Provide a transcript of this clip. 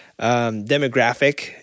demographic